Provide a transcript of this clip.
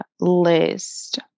list